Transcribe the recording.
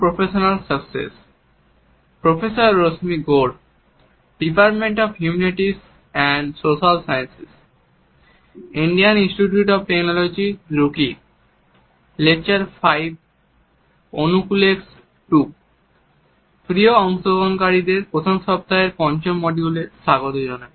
প্রিয় অংশগ্রহণকারীদের প্রথম সপ্তাহের পঞ্চম মডিউলে স্বাগত জানাই